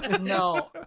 no